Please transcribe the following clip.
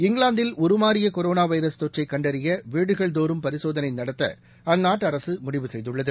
இங்கிலாந்தில் உருமாறியகொரோனாவைரஸ் தொற்றைகண்டறியவீடுகள்தோறும் பரிசோதனைநடத்தஅந்நாட்டுஅரசுமுடிவு செய்துள்ளது